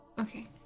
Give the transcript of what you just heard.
okay